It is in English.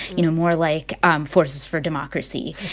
you know, more like um forces for democracy.